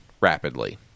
rapidly